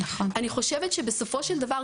אני חושבת שבסופו של דבר,